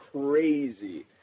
crazy